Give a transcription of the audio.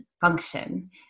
function